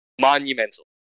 monumental